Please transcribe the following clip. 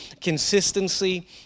consistency